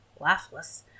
laughless